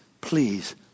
please